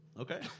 okay